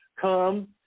come